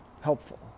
Helpful